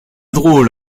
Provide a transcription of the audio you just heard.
drôle